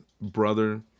brother